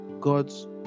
God's